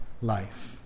life